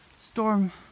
storm